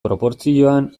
proportzioan